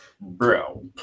Bro